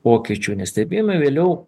pokyčio nestebėjome vėliau